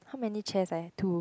how many chairs ah two